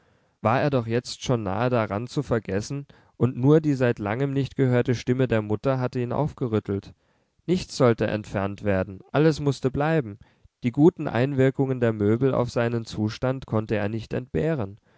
war er doch jetzt schon nahe daran zu vergessen und nur die seit langem nicht gehörte stimme der mutter hatte ihn aufgerüttelt nichts sollte entfernt werden alles mußte bleiben die guten einwirkungen der möbel auf seinen zustand konnte er nicht entbehren